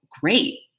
great